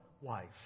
wife